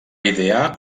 idear